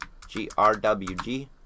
GRWG